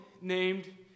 named